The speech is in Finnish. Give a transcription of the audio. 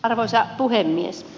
arvoisa puhemies